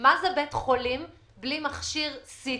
מה זה בית חולים בלי מכשיר CT,